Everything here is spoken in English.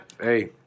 Hey